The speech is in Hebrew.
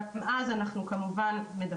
גם אז אנחנו מדווחים.